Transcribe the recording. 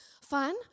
fun